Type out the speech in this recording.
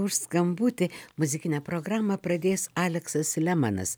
už skambutį muzikinę programą pradės aleksas lemanas